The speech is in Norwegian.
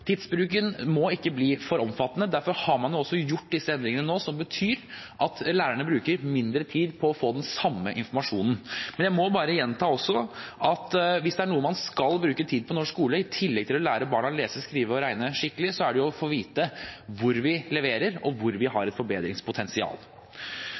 Tidsbruken må ikke bli for omfattende, derfor har man også gjort disse endringene nå som betyr at lærerne bruker mindre tid på å få den samme informasjonen. Men jeg må bare gjenta at hvis det er noe man skal bruke tid på i norsk skole i tillegg til å lære barna å lese, skrive og regne skikkelig, så er det å få vite hvor vi leverer, og hvor vi har et forbedringspotensial.